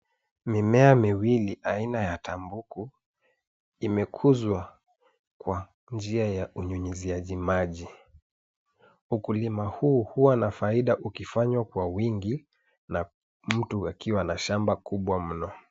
Mimea miwili aina ya tumbaku imekuzwa kwa njia ya unyunyiziaji maji. Ukulima huu huwa na faida ukifanywa kwa wingi na mtu akiwa na shamba kubwa mno.